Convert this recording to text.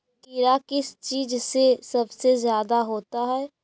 कीड़ा किस चीज से सबसे ज्यादा होता है?